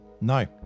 No